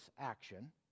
action